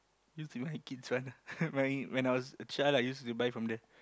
used to be my kids ah my when I was a child I used to buy from there